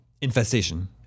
Infestation